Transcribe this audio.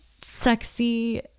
sexy